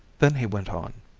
then he went on